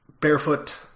barefoot